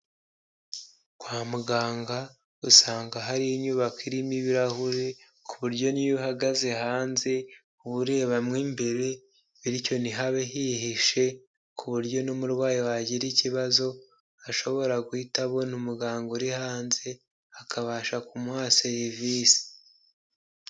Kwa muganga usanga hari inyubako irimo ibirahure ku buryo n'iyo uhagaze hanze, uba urebamo imbere, bityo ntihabe hihishe ku buryo n'umurwayi wagira ikibazo, ashobora guhita abona umuganga uri hanze akabasha guhita amuha serivisi.